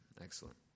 excellent